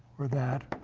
or that.